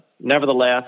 nevertheless